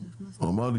הוא אמר לי